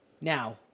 Now